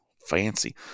fancy